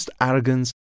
arrogance